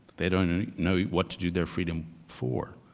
they don't ah know what to do their freedom for.